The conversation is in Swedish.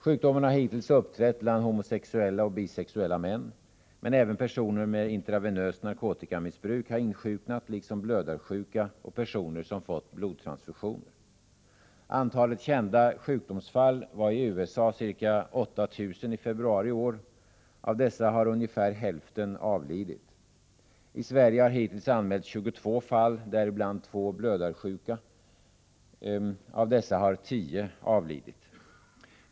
Sjukdomen har hittills uppträtt bland homosexuella och bisexuella män, men även personer med intravenöst narkotikamissbruk har insjuknat, liksom blödarsjuka och personer som fått blodtransfusioner. Antalet kända sjukdomsfall var i USA ca 8 000 i februari i år. Av dessa har ungefär hälften avlidit. I Sverige har hittills anmälts 22 fall, däribland 2 bland blödarsjuka. Av dessa 22 har 10 avlidit.